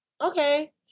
okay